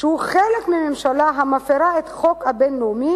שהוא חלק מממשלה המפירה את החוק הבין-לאומי